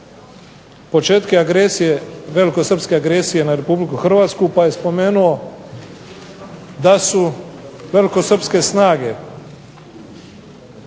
agresije velikosrpske agresije na Republiku Hrvatsku, pa je spomenuo da su velikosrpske snage